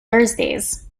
thursdays